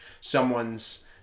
someone's